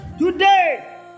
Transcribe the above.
today